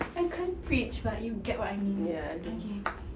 I can't preach but you get what I mean okay